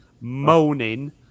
moaning